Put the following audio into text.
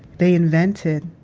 they invented.